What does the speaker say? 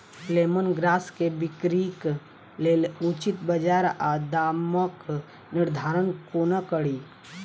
Lemon grass केँ बिक्रीक लेल उचित बजार आ दामक निर्धारण कोना कड़ी?